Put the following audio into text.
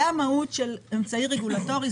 זו המהות של אמצעי רגולטורי,